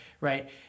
right